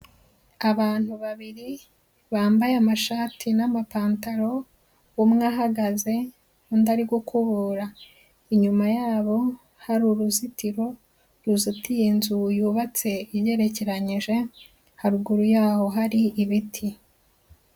Abantu babiri bambaye amashati n'amapantaro umwe ahagaze undi ari gukubura, inyuma yabo hari uruzitiro ruzitiye inzu yubatse ijyerekeranyije haruguru yaho hari ibiti.